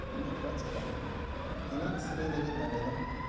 ᱡᱚᱛᱚᱣᱟᱜ ᱪᱤᱠᱟ ᱦᱩᱭᱩᱜᱼᱟ ᱮᱱᱮᱡ ᱥᱮᱨᱮᱧ ᱨᱮᱜᱮ ᱫᱟᱲᱮ ᱫᱚ